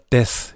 Death